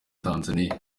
tanzaniya